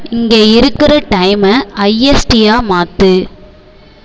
இங்கே இருக்கிற டைம்மை ஐஎஸ்டி யா மாற்று